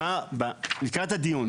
לקראת הדיון,